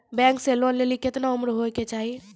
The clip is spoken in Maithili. बैंक से लोन लेली केतना उम्र होय केचाही?